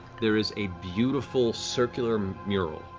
there is a beautiful circular mural,